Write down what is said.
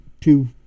two